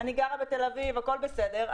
אני גרה בתל-אביב, הכול בסדר.